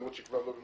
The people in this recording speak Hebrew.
למרות שכבר לא-